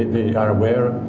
yeah are aware.